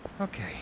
Okay